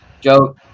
Joe